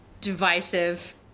divisive